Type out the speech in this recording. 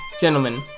gentlemen